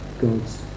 God's